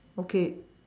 okay